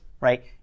right